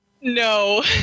No